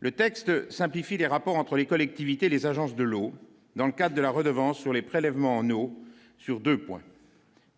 Le texte simplifie les rapports entre les collectivités, les agences de l'eau dans le cas de la redevance sur les prélèvements en euros sur 2 points :